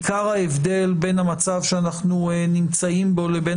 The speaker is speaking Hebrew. עיקר ההבדל בין המצב שאנחנו נמצאים בו לבין